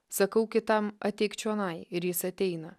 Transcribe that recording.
sakau kitam ateik čionai ir jis ateina